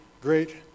great